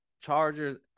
Chargers